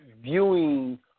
viewing